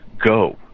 go